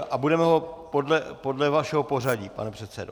A budeme ho podle vašeho pořadí, pane předsedo.